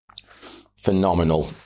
phenomenal